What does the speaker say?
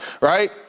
right